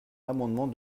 l’amendement